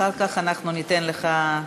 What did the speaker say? אחר כך אנחנו ניתן לך.